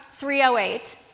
308